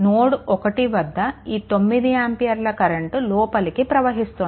నోడ్1 వద్ద ఈ 9 ఆంపియర్ల కరెంట్ లోపలికి ప్రవహిస్తోంది